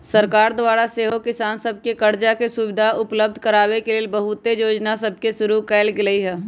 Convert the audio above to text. सरकार द्वारा सेहो किसान सभके करजा के सुभिधा उपलब्ध कराबे के लेल बहुते जोजना सभके शुरु कएल गेल हइ